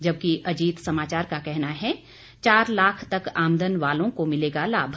जबकि अजीत समाचार का कहना है चार लाख तक आमदन वालों को मिलेगा लाभ